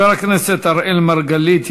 חבר הכנסת אראל מרגלית יעלה,